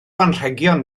anrhegion